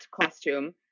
costume